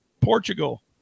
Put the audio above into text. Portugal